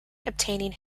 obtaining